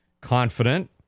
confident